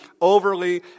overly